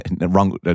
Wrong